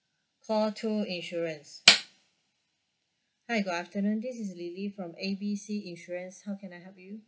call two insurance hi good afternoon this is lily from A B C insurance how can I help you